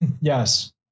Yes